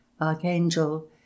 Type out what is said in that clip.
archangel